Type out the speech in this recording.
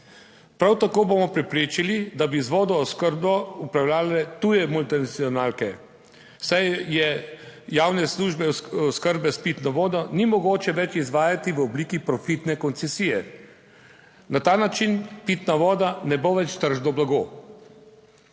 Prav tako bomo preprečili, da bi z vodooskrbo upravljale tuje multinacionalke, saj je, javne službe oskrbe s pitno vodo ni mogoče več izvajati v obliki profitne koncesije. Na ta način pitna voda ne bo več tržno blago.